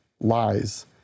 lies